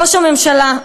ראש הממשלה,